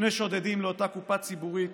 שני שודדים לאותה קופה ציבורית.